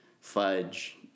fudge